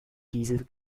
diesel